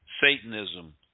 Satanism